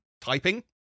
typing